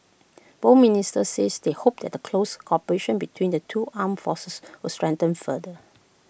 both ministers said they hoped the close cooperation between the two armed forces would strengthen further